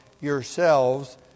yourselves